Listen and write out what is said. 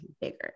bigger